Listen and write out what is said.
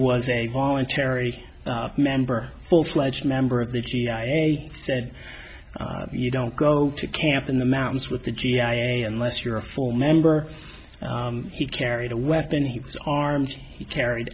was a voluntary member full fledged member of the cia said you don't go to camp in the mountains with the g i a unless you're a full member he carried a weapon he was armed he carried